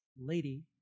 lady